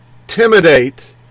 intimidate